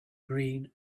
green